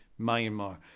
Myanmar